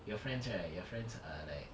your friends right your friends are like